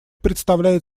представляет